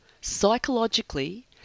psychologically